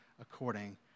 according